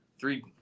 three